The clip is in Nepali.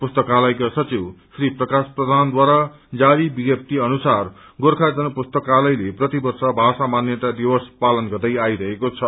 पुस्तकालयका सचिव श्री प्रकाश प्रधानद्वारा जारी विज्ञप्ति अनुसार गोर्खा जन पुस्तकालयले प्रतिवर्ष भाषा मान्यता दिवस पालन गर्दै आइरहेको छ